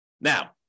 Now